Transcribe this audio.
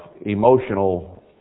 emotional